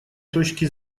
точки